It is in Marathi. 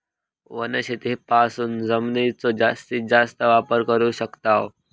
वनशेतीपासून जमिनीचो जास्तीस जास्त वापर करू शकताव